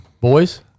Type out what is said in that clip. boys